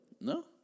No